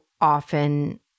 often